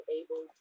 able